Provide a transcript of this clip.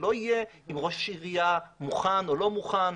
שזה לא יהיה עם ראש עירייה מוכן או לא מוכן,